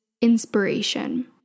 inspiration